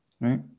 right